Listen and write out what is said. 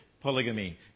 polygamy